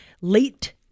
late